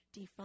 defund